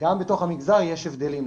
גם בתוך המגזר יש הבדלים.